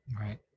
right